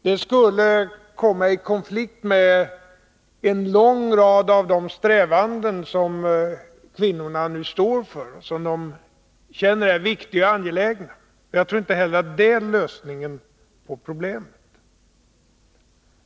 Det skulle komma i konflikt med en lång rad av de strävanden som kvinnorna nu står för och som de känner är viktiga och angelägna. Jag tror inte heller att det är lösningen på problemet.